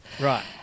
Right